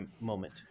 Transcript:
moment